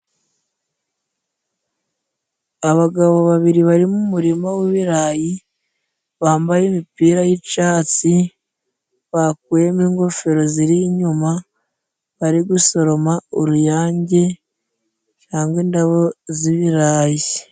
Abagabo babiri bari mu muririma w'ibirayi, bambaye imipira y'icyatsi, bakuyemo ingofero ziri inyuma ,bari gusoroma uruyange cyangwa indabo z'ibirayi.